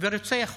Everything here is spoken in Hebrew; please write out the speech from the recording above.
ורוצח אותו,